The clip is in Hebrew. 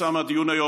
כתוצאה מהדיון היום,